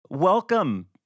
Welcome